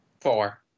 Four